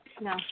No